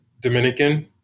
Dominican